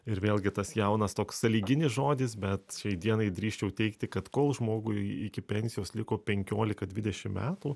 ir vėlgi tas jaunas toks sąlyginis žodis bet šiai dienai drįsčiau teigti kad kol žmogui iki pensijos liko penkiolika dvidešim metų